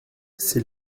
c’est